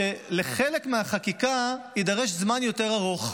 שלחלק מהחקיקה יידרש זמן יותר ארוך.